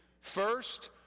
First